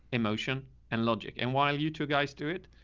emotion and logic. and while you two guys do it,